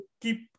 keep